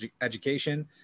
education